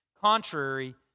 contrary